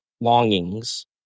longings